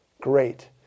Great